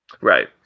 Right